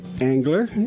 angler